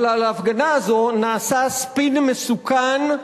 אבל על ההפגנה הזאת נעשה ספין מסוכן,